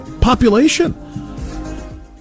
population